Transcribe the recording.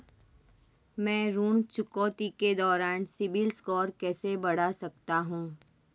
मैं ऋण चुकौती के दौरान सिबिल स्कोर कैसे बढ़ा सकता हूं?